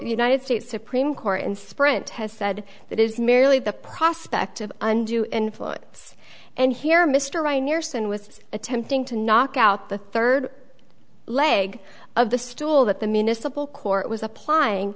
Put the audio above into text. united states supreme court and sprint has said that is merely the prospect of undue influence and here mr right near sin was attempting to knock out the third leg of the stool that the municipal court was applying